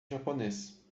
japonês